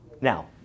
Now